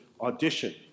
audition